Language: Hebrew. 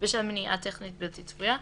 בשל מניעה טכנית בלתי צפויה,